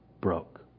broke